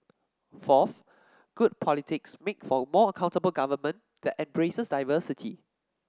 fourth good politics makes for more accountable government that embraces diversity